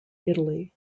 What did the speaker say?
italy